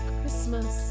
Christmas